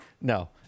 No